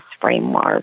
framework